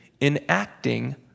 enacting